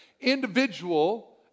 individual